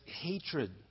hatred